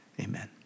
Amen